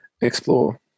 explore